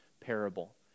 parable